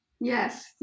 yes